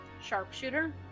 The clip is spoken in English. Sharpshooter